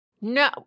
No